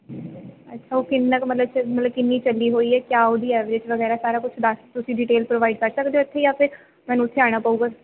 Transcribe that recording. ਅੱਛਾ ਉਹ ਕਿੰਨਾਂ ਕੁ ਮਤਲਬ ਕਿੰਨੀ ਚੱਲੀ ਹੋਈ ਹੈ ਕਿਆ ਉਹਦੀ ਐਵਰੇਜ ਵਗੈਰਾ ਸਾਰਾ ਕੁੱਛ ਦੱਸ ਤੁਸੀਂ ਡੀਟੇਲ ਪ੍ਰੋਵਾਇਡ ਕਰ ਸਕਦੇ ਓ ਇੱਥੇ ਜਾਂ ਫਿਰ ਮੈਨੂੰ ਉੱਥੇ ਆਉਣਾ ਪਊਗਾ